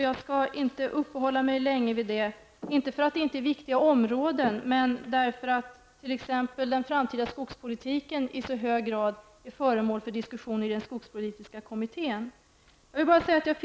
Jag skall inte uppehålla mig länge vid detta. Det beror inte på att det inte är viktiga områden, utan påatt den framtida skogspolitiken i så hög grad är föremål för diskussion i den skogspolitiska kommittén.